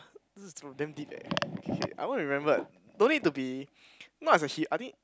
this is too damn deep eh okay I only remembered no need to be not as a he I think